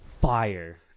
fire